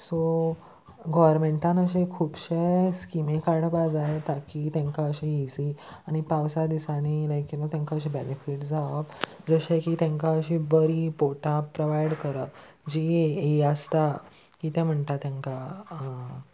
so गोव्हर्मेंटान अशे खुबशे स्किमी काडपा जाय ताकी तेंकां अशी इजी आनी पावसा दिसांनी लायक यू नो तेंकां अशे बेनिफीट जावप जशें की तेंकां अशीं बरीं पोर्टां प्रोवायड करप जीं हीं आसता कितें म्हणटा तेंकां